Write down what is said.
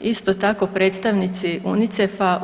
Isto tako, predstavnici UNICEF-a,